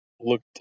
looked